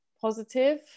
positive